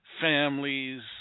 families